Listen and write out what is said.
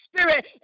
spirit